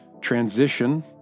transition